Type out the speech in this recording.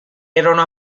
erano